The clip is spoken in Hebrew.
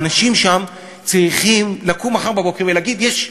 האנשים שם צריכים לקום מחר בבוקר ולהגיד: יש,